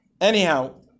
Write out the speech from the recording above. Anyhow